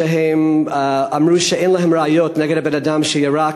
שהם אמרו שאין להם ראיות נגד הבן-אדם שירק